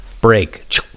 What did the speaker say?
break